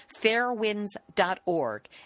fairwinds.org